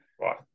right